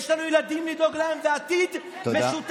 יש לנו ילדים לדאוג להם ועתיד משותף.